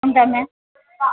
ఉంటా మ్యామ్